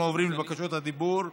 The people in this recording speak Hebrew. אנחנו עוברים לבקשות הדיבור.